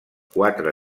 quatre